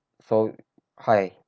so hi